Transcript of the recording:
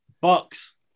Bucks